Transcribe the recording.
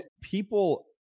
people